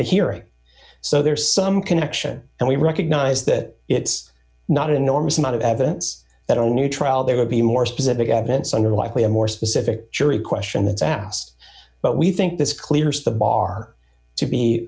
that hearing so there is some connection and we recognize that it's not an enormous amount of evidence that on new trial there would be more specific evidence under likely a more specific jury question that's asked but we think this clears the bar to be